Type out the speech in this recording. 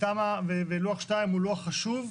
ולוח2 הוא לוח חשוב,